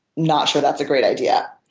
not sure that's a great idea.